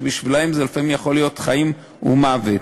לאפשרות שתשתנה דעתך עלינו מהמונח 'שריד מאובן'?"